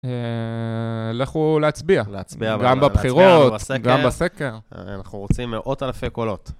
לכו להצביע, גם בבחירות, גם בסקר. אנחנו רוצים מאות אלפי קולות.